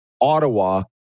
Ottawa